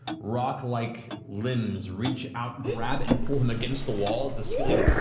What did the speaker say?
rock-like limbs reach out, grab, and pull him against the wall as the ceiling